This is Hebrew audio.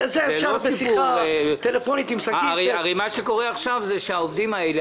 לעובדים האלה,